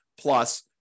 plus